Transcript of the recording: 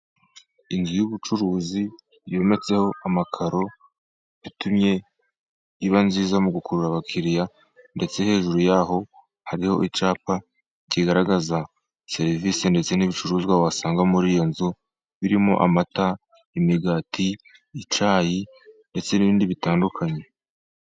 Inzu y'ubucuruzi yometseho amakaro yatumye iba nziza mu gukurura abakiriya, ndetse hejuru y'aho hariho icyapa kigaragaza serivisi ndetse n'ibicuruzwa wasanga muri iyo nzu, birimo amata, imigati, icyayi ndetse n'ibindi bitandukanye.